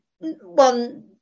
one